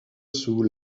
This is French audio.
sous